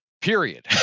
period